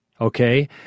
Okay